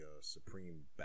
supreme